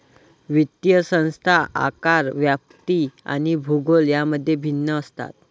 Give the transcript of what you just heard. वित्तीय संस्था आकार, व्याप्ती आणि भूगोल यांमध्ये भिन्न असतात